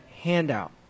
handout